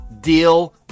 deal